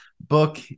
book